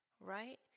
Right